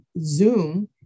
zoom